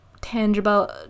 tangible